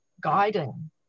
guiding